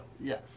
yes